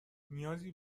نیازی